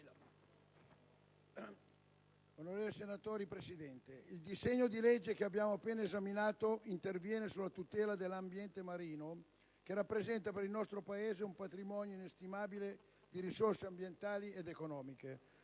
Onorevoli Senatori, signor Presidente, il disegno di legge che abbiamo appena esaminato interviene sulla tutela dell'ambiente marino, che rappresenta per il nostro Paese un patrimonio inestimabile di risorse ambientali ed economiche.